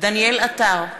דניאל עטר,